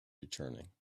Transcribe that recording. returning